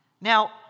Now